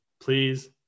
please